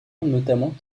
notamment